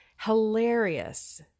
Hilarious